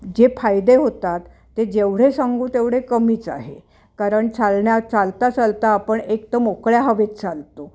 जे फायदे होतात ते जेवढे सांगू तेवढे कमीच आहे कारण चालण्यात चालता चालता आपण एकतर मोकळ्या हवेत चालतो